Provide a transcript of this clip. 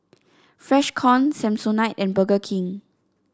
Freshkon Samsonite and Burger King